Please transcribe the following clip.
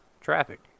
traffic